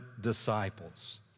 disciples